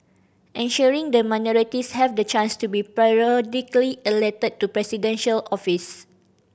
ensuring that minorities have the chance to be periodically elected to Presidential office